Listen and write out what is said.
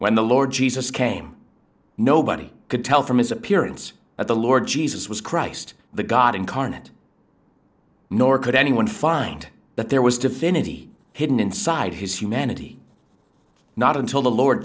when the lord jesus came nobody could tell from his appearance at the lord jesus was christ the god incarnate nor could anyone find that there was definity hidden inside his humanity not until the lord